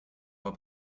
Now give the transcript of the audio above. war